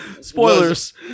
Spoilers